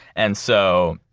and so,